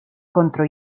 contro